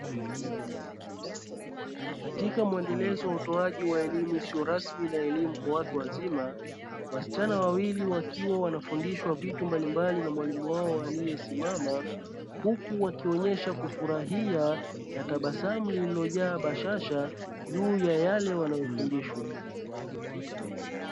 Katika mwendelezo wa utoaji wa elimu isiyo rasmi na elimu kwa watu wazima, wasichana wawili wakiwa wanafundishwa vitu mbalimbali na mwalimu wao aliyesimama, huku wakionyesha kufurahia na tabasamu lililojaa bashasha juu ya yale wanayofundishwa.